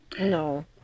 No